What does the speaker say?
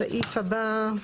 הסעיף הבא,